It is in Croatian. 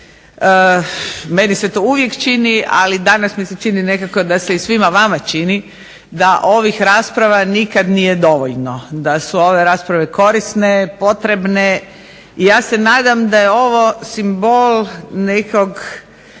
Meni se to uvijek čini, ali danas mi se čini nekako da se i svima vama čini da ovih rasprava nikad nije dovoljno, da su ove rasprave korisne, potrebne i ja se nadam da je ovo simbol nekog